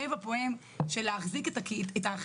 והפעימה השנייה מה אמורה לעשות כאן?